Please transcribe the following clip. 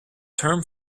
term